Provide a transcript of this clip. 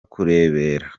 kurebera